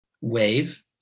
wave